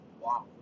Wow